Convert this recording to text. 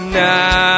now